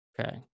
Okay